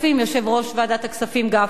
יושב-ראש ועדת הכספים גפני?